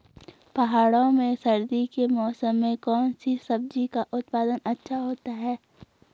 पहाड़ों में सर्दी के मौसम में कौन सी सब्जी का उत्पादन अच्छा होता है?